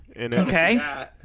Okay